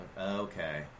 Okay